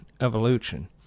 evolution